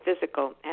physical